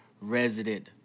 resident